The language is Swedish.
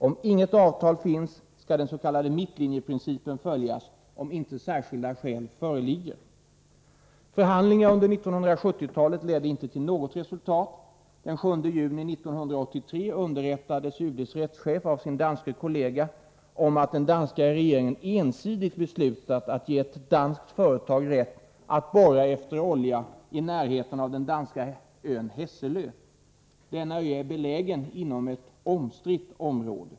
Om inget avtal finns skall den s.k. mittlinjeprincipen följas, ifall inte särskilda skäl föreligger. Förhandlingar under 1970-talet ledde inte till något resultat. Den 7 juni 1983 underrättades UD:s rättschef av sin danske kollega om att den danska SST d regeringen ensidigt beslutat att ge ett danskt företag rätt att borra efter olja i förhandlingar me Danmark närheten av den danska ön Hesselö. Denna är belägen inom ett omstritt område.